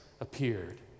appeared